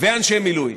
לאנשי מילואים,